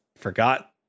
forgot